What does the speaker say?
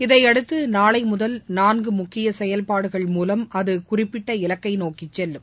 இதையடுத்து நாளை முதல் நான்கு முக்கிய செயல்பாடுகள் மூலம் அது குறிப்பிட்ட இலக்கை நோக்கி செல்லும்